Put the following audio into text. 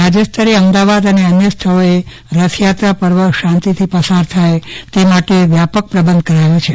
રાજ્યસ્તરે અમદાવાદ અને અન્ય સ્થળોએ રથયાત્રા પર્વ શાંતિથી પસાર થાય તે માટે વ્યાપક પ્રબંધ કરાયો છે